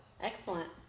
Excellent